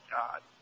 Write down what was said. God